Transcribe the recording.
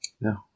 No